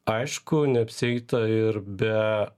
aišku neapsieita ir be